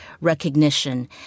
recognition